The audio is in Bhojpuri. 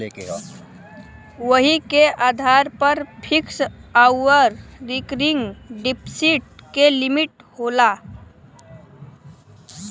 वही के आधार पर फिक्स आउर रीकरिंग डिप्सिट के लिमिट होला